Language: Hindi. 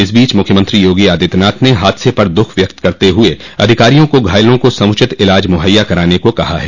इस बोच मुख्यमंत्री योगी आदित्यनाथ ने हादसे पर दुःख व्यक्त करते हुए अधिकारियों को घायलों को समुचित इलाज मुहैया कराने को कहा है